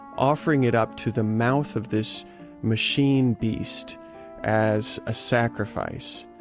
offering it up to the mouth of this machine-beast as a sacrifice.